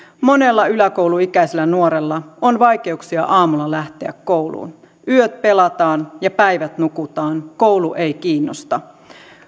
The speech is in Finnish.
monella yläkouluikäisellä nuorella on vaikeuksia aamulla lähteä kouluun yöt pelataan ja päivät nukutaan koulu ei kiinnosta